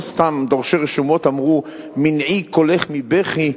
לא סתם דורשי רשומות אמרו: "מנעי קולך מבכי"